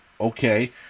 okay